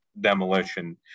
demolition